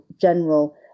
general